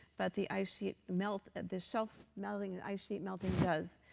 but the ice sheet melt, the shelf melting and ice sheet melting does.